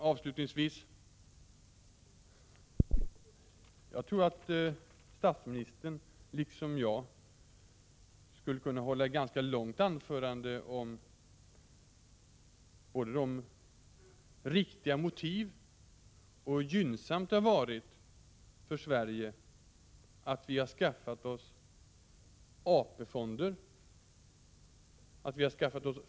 Avslutningsvis: Jag tror att statsministern liksom jag skulle kunna hålla ett ganska långt anförande både om det befogade i motiven till och om hur gynnsamt det har varit för Sverige att vi har skaffat oss AP-fonder, inkl.